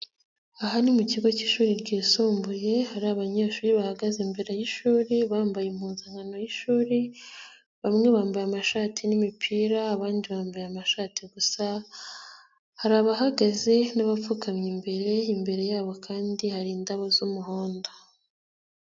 Ahan ni mu kigo cy'ishuri ryisumbuye, hari abanyeshuri bahagaze imbere y'ishuri, bambaye impunzankano y'ishuri, bamwe bambaye amashati n'imipira, abandi bambaye amashati gusa, hari abahagaze n'abapfukamye, imbere yabo kandi hari indabo z'umuhondo.